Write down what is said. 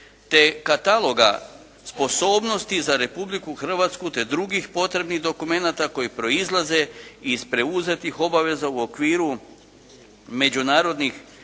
te kataloga sposobnosti za Republiku Hrvatsku te drugih potrebnih dokumenata koji proizlaze iz preuzetih obaveza u okviru međunarodnih